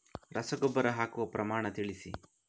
ರಸಗೊಬ್ಬರ ಹಾಕುವ ಪ್ರಮಾಣ ತಿಳಿಸಿ